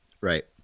right